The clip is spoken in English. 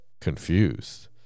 confused